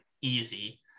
easy